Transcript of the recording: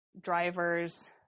drivers